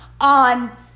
on